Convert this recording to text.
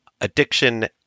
addiction